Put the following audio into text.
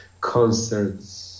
concerts